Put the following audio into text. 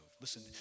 Listen